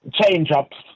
change-ups